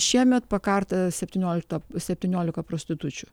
šiemet pakarta seotyniolikta septyniolika prostitučių